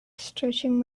stretching